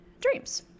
dreams